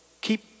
keep